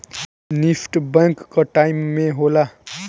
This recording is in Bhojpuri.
निफ्ट बैंक कअ टाइम में होला